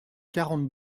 quarante